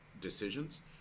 decisions